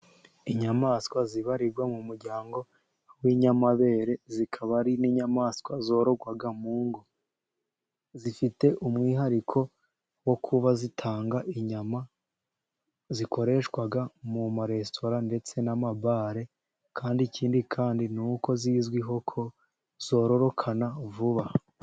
Inyamaswa zibarirwa mu muryango w'inyamabere, zikaba ari n'inyamaswa zororwa mu ngo. Zifite umwihariko wo kuba zitanga inyama zikoreshwa mu maresitora ndetse n'amabare, kandi ikindi kandi ni uko zizwiho ko zororoka vuba.